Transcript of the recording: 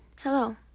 Hello